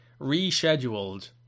rescheduled